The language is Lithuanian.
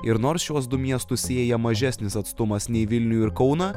ir nors šiuos du miestus sieja mažesnis atstumas nei vilnių ir kauną